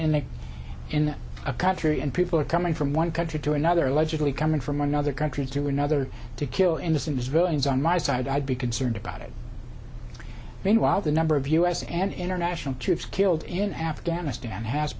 a in a country and people are coming from one country to another allegedly coming from another country to another to kill innocent civilians on my side i'd be concerned about it meanwhile the number of u s and international troops killed in afghanistan has